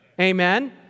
Amen